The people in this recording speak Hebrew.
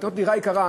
לקנות דירה יקרה,